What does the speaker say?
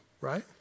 right